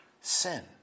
sin